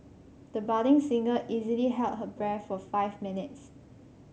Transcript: the budding singer easily held her breath for five minutes